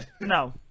No